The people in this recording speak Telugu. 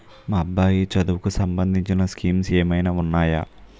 మా అబ్బాయి చదువుకి సంబందించిన స్కీమ్స్ ఏమైనా ఉన్నాయా?